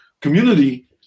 community